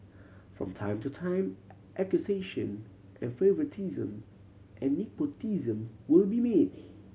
from time to time accusation of favouritism and nepotism will be made